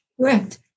Correct